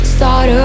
Start